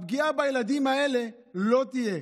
הפגיעה בילדים האלה, לא תהיה.